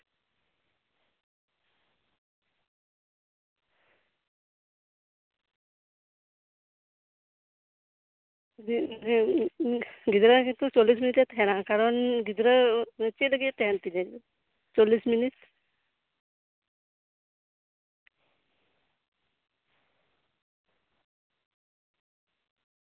ᱜᱤᱫᱽᱨᱟᱹ ᱪᱚᱞᱞᱤᱥ ᱢᱚᱱᱚᱴᱮ ᱛᱟᱦᱮᱱᱟ ᱠᱟᱨᱚᱱ ᱪᱮᱫ ᱞᱟᱹᱜᱤᱫ ᱮᱭ ᱛᱟᱦᱮᱱᱟ ᱪᱚᱞᱞᱤᱥ ᱢᱤᱱᱤᱴ